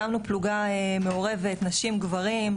הקמנו פלוגה מעורבת נשים גברים,